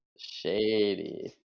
Shady